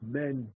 men